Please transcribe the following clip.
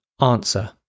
Answer